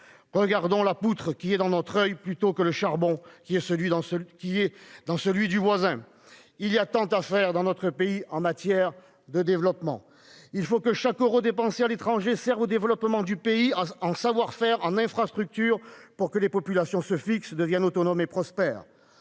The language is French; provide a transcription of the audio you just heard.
Regardons la poutre qui est dans notre oeil plutôt que le charbon dans celui du voisin ! Il y a tant à faire dans notre pays en matière de développement ... Il faut que chaque euro dépensé à l'étranger serve au développement du pays en savoir-faire et en infrastructure, afin que les populations se fixent, deviennent autonomes et prospèrent.